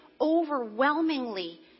overwhelmingly